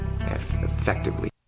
effectively